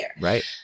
Right